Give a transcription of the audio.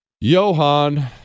Johan